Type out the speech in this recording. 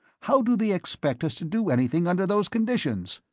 how do they expect us to do anything under those conditions?